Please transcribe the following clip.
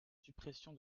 suppression